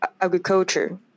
agriculture